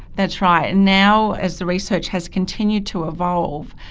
that's right. and now as the research has continued to evolve,